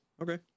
okay